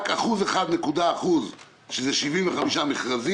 באגף לייצוג הולם יש רק שני עובדים.